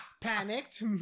panicked